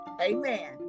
Amen